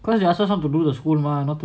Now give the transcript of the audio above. cause he ask us not to do the